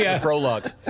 prologue